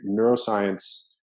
neuroscience